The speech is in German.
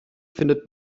findet